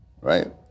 right